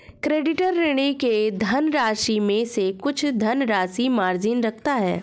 creditor, ऋणी के धनराशि में से कुछ धनराशि मार्जिन रखता है